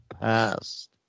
past